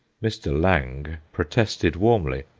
mr. lange protested warmly,